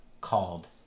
called